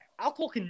alcohol